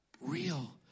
real